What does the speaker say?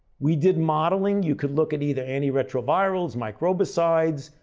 we did modeling. you could look at either antiretrovirals, microbicides,